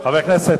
חבר הכנסת,